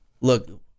Look